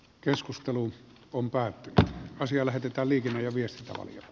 puhemiesneuvosto ehdottaa että asia lähetetään liikenne ja viestintä o